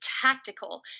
tactical